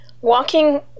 Walking